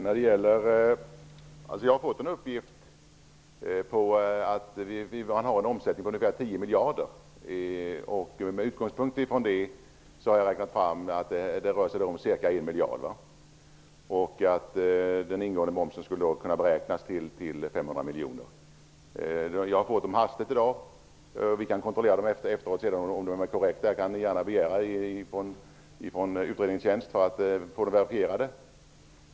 Fru talman! Jag har fått en uppgift om att omsättningen är ca 10 miljarder. Med utgångspunkt från det har jag räknat fram att det rör sig om cirka en miljard och att den ingående momsen skulle kunna beräknas till 500 miljoner. Jag fick sifferuppgifterna hastigt i dag, men vi kan kontrollera dem efteråt. Jag kan begära att utredningstjänsten verifierar dem.